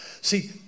See